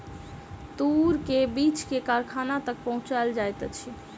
तूर के बीछ के कारखाना तक पहुचौल जाइत अछि